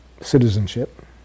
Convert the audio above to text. citizenship